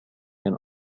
can